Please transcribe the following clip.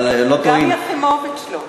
גם יחימוביץ לא.